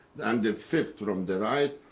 and the fifth from the right,